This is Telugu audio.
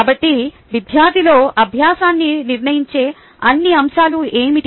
కాబట్టి విద్యార్థిలో అభ్యాసాన్ని నిర్ణయించే అన్ని అంశాలు ఏమిటి